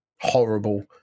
horrible